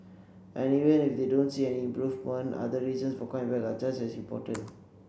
and even if they don't see any improvement other reasons for coming back are just as important